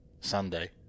Sunday